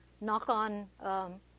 knock-on